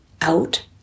out